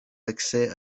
accès